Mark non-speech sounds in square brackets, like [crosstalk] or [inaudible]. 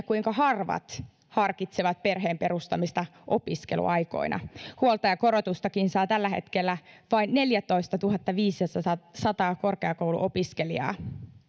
[unintelligible] kuinka harvat harkitsevat perheen perustamista opiskeluaikoina huoltajakorotustakin saa tällä hetkellä vain neljätoistatuhattaviisisataa korkeakouluopiskelijaa